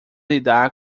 lidar